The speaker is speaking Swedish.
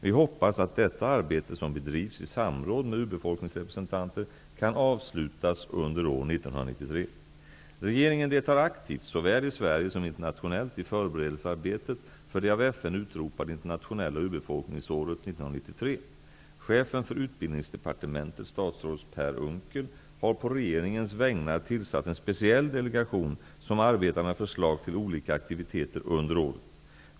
Vi hoppas att detta arbete, som bedrivs i samråd med urbefolkningsrepresentanter, kan avslutas under år Regeringen deltar aktivt, såväl i Sverige som internationellt, i förberedelsearbetet för det av FN Per Unckel, har på regeringens vägnar tillsatt en speciell delegation som arbetar med förslag till olika aktiviteter under året.